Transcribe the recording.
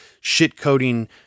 Shit-coding